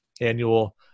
annual